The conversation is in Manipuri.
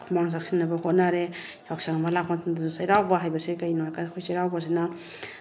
ꯈꯨꯃꯥꯡ ꯆꯥꯎꯁꯤꯟꯅꯕ ꯍꯣꯠꯅꯔꯦ ꯌꯥꯎꯁꯪ ꯑꯃ ꯂꯥꯛꯄ ꯃꯇꯝꯗꯁꯨ ꯆꯩꯔꯥꯎꯕ ꯍꯥꯏꯕꯁꯦ ꯀꯩꯅꯣ ꯍꯥꯏ ꯀꯥꯟꯗ ꯑꯩꯈꯣꯏ ꯆꯩꯔꯥꯎꯕꯁꯤꯅ